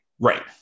right